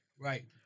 Right